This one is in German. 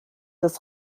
das